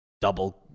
Double